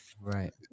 right